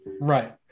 Right